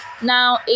now